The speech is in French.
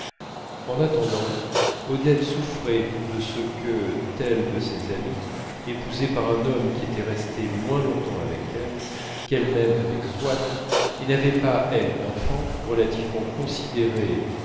en attendant odette souffrait de ce que telle de ses amies épousée par un homme qui était resté moins longtemps avec elle qu'elle-même avec swann et n'avait pas elle d'enfant relativement considérée